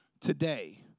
today